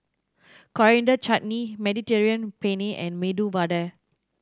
Coriander Chutney Mediterranean Penne and Medu Vada